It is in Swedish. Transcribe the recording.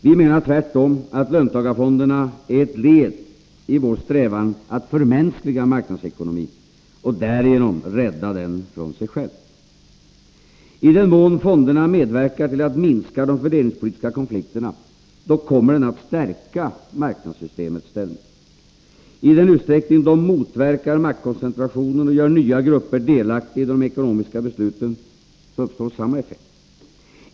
Vi menar tvärtom att löntagarfonderna är ett led i vår strävan att förmänskliga marknadsekonomin och därigenom rädda den från sig själv. I den mån fonderna medverkar till att minska de fördelningspolitiska konflikterna kommer de att stärka marknadssystemets ställning. I den utsträckning de motverkar maktkoncentrationen och gör nya grupper delaktiga i de ekonomiska besluten uppstår samma effekt.